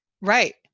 right